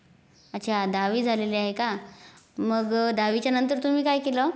अच्छा दहावी झालेले आहे का मग दहावीच्या नंतर तुम्ही काय केलं